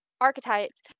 archetypes